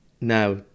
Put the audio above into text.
now